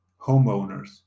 homeowners